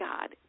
God